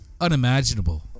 unimaginable